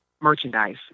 merchandise